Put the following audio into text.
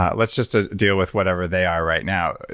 let's just ah deal with whatever they are right now.